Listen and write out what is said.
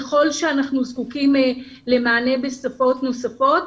ככל שאנחנו זקוקים למענה בשפות נוספות,